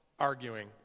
arguing